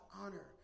honor